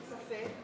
ספק,